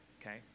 Okay